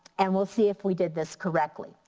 and we'll see if we did this correctly.